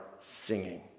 singing